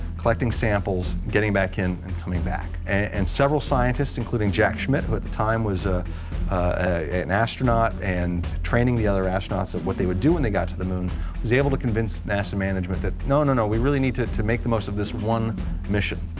collecting samples, and getting back in and coming back. and several scientists including jack schmitt who at the time was ah ah an astronaut and training the other astronauts on what they would do when they got to the moon was able to convince nasa management that, no, no, no, we really need to to make the most of this one mission.